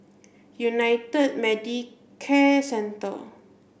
United Medicare Centre